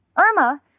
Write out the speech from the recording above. Irma